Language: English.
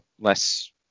less